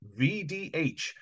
VDH